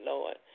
Lord